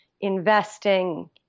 investing